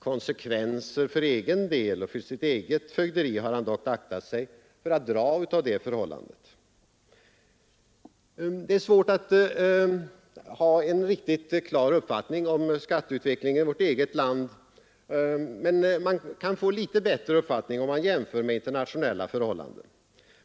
Konsekvenser för egen del och för sitt eget fögderi har han dock aktat sig för att dra av det förhållandet. Det är svårt att ha en riktigt klar uppfattning om skatteutvecklingen i vårt eget land, men man kan få en litet bättre uppfattning om man jämför med internationella förhållanden.